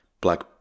black